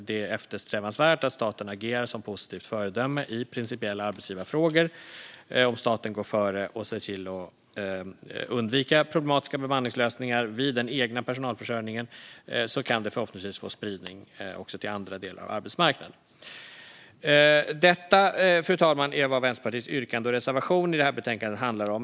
Det är eftersträvansvärt att staten agerar som ett positivt föredöme i principiella arbetsgivarfrågor. Om staten går före och ser till att undvika problematiska bemanningslösningar i den egna personalförsörjningen kan det förhoppningsvis få spridning också till andra delar av arbetsmarknaden. Fru talman! Detta är vad Vänsterpartiets yrkande och reservation i det här betänkandet handlar om.